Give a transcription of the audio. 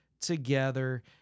together